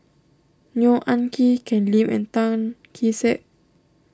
Neo Anngee Ken Lim and Tan Kee Sek